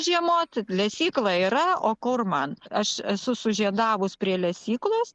žiemoti lesykla yra o kur man aš esu sužiedavus prie lesyklos